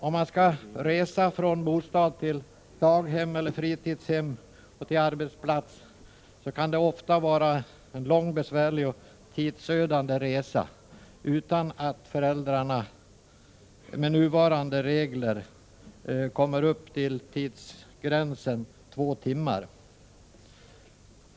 Om man skall resa från bostad till daghem eller fritidshem och vidare till arbetsplats kan det ofta vara en lång, besvärlig och tidsödande resa, utan att föräldrarna med nuvarande regler kommer upp till tidsgränsen två timmar.